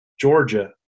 Georgia